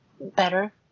better